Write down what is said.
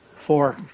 Four